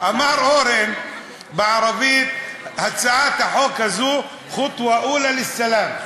אמר אורן בערבית: הצעת החוק הזאת ח'טוה אולא לסאלם,